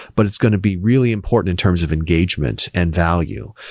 but it's going to be really important in terms of engagement and value.